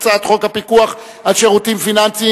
הצעת חוק הפיקוח על שירותים פיננסיים